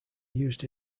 used